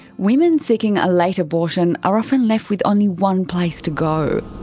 women seeking a late abortion are often left with only one place to go.